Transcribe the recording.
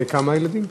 בני כמה הילדים?